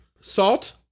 Salt